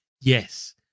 Yes